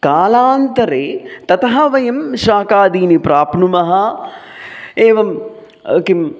कालान्तरे ततः वयं शाकादीनि प्राप्नुमः एवं किम्